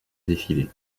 défilé